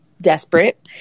desperate